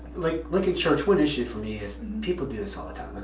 like look at church. one issue for me is, people do this all the time.